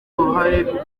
uruhare